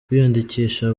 kwiyandikisha